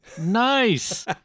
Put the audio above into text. Nice